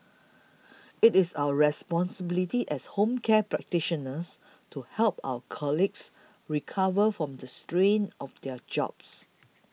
it is our responsibility as home care practitioners to help our colleagues recover from the strain of their jobs